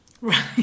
Right